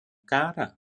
karą